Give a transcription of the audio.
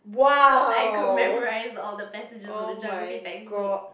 so I could memorise all the passages of the geography textbook